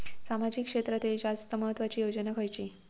सामाजिक क्षेत्रांतील जास्त महत्त्वाची योजना खयची?